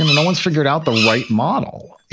and no one's figured out the right model.